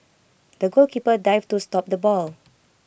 the goalkeeper dived to stop the ball